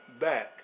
back